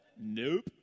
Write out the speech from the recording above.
Nope